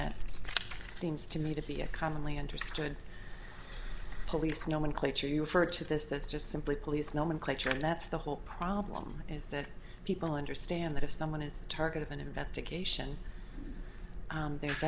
that seems to me to be a commonly understood police nomenclature you refer to this as just simply police nomenclature and that's the whole problem is that people understand that if someone is the target of an investigation